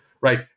right